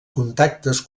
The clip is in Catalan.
contactes